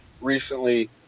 recently